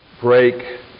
break